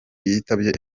yitabye